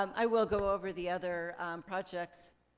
um i will go over the other projects